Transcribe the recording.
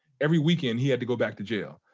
every weekend he had to go back to jail.